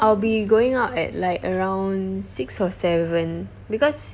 I'll be going out at like around six or seven because